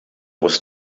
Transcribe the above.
was